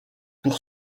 pour